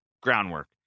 groundwork